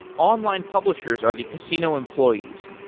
online publishers are the casino employees.